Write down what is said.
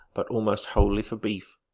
but almost wholly for beef.